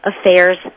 Affairs